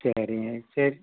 சரிங்க சரி